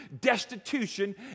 destitution